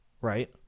right